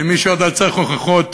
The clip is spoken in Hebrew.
למי שעוד היה צריך הוכחות,